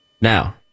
Now